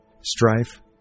strife